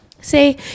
say